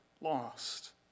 lost